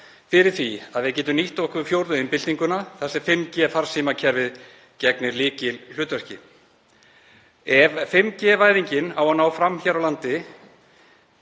fyrir því að við getum nýtt okkur fjórðu iðnbyltinguna þar sem 5G-farsímakerfið gegnir lykilhlutverki. Ef 5G-væðingin á að ná fram hér á landi